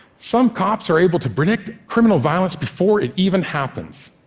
some cops are able to predict criminal violence before it even happens.